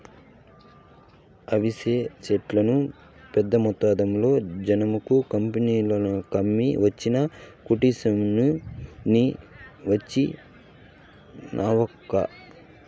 అవిసె సెట్లను పెద్దమొత్తంలో జనుము కంపెనీలకమ్మి ఒచ్చి కూసుంటిని నీ వచ్చినావక్కా